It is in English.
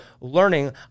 learning